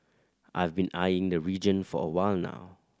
I've been eyeing the region for a while now